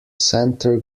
centre